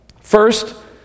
First